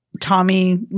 Tommy